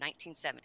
1970